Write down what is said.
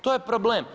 To je problem.